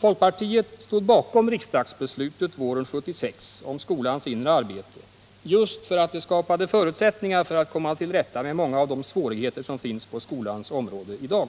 Folkpartiet stod bakom riksdagsbeslutet våren 1976 om skolans inre arbete just för att det skapade förutsättningar för att komma till rätta med många av de svårigheter som finns på skolans område i dag.